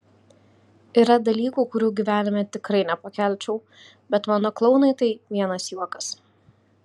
yra dalykų kurių gyvenime tikrai nepakelčiau bet mano klounui tai vienas juokas